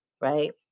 right